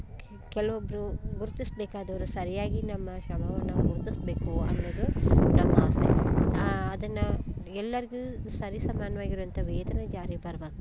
K ಕೆಲವೊಬ್ಬರು ಗುರ್ತಿಸಬೇಕಾದವ್ರು ಸರಿಯಾಗಿ ನಮ್ಮ ಶ್ರಮವನ್ನು ಗುರುತಿಸ್ಬೇಕು ಅನ್ನುವುದು ನಮ್ಮ ಆಸೆ ಅದನ್ನು ಎಲ್ಲರಿಗೂ ಸರಿ ಸಮಾನವಾಗಿರುವಂಥ ವೇತನ ಜಾರಿ ಬರ್ಬೇಕು